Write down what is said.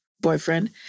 boyfriend